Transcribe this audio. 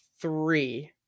three